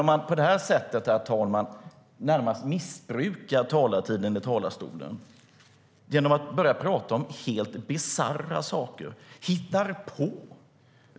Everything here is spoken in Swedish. Men på det här sättet närmast missbrukar man talartiden i talarstolen genom att börja prata om helt bisarra saker och hitta på.